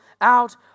out